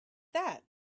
that